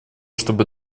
чтобы